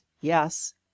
yes